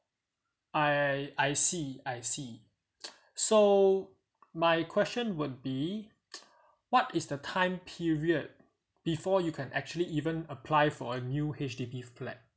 I I see I see so my question would be what is the time period before you can actually even apply for a new H_D_B flat